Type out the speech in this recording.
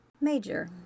Major